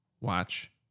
watch